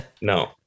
No